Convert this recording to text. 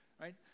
Right